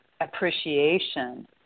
appreciation